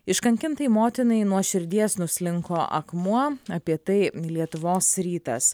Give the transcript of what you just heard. iškankintai motinai nuo širdies nuslinko akmuo apie tai lietuvos rytas